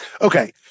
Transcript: okay